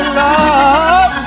love